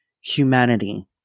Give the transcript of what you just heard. humanity